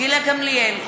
גילה גמליאל,